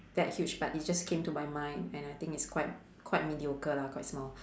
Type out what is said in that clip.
that huge but it just came to my mind and I think it's quite quite mediocre lah quite small